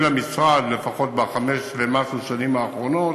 המשרד לפחות בחמש ומשהו השנים האחרונות,